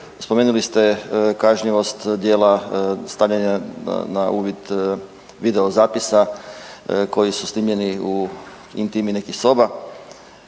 Spomenuli ste kažnjivost djela stavljanja na uvid videozapisa koji su snimljeni u intimi nekih soba,